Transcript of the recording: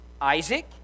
Isaac